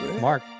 Mark